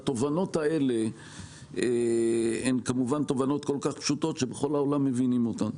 התובנות האלה הן כמובן תובנות כל כך פשוטות שבכל העולם מבינים אותן.